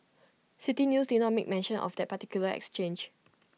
City News did not make mention of that particular exchange